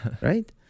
Right